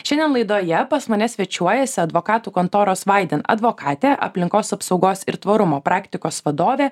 šiandien laidoje pas mane svečiuojasi advokatų kontoros vaiden advokatė aplinkos apsaugos ir tvarumo praktikos vadovė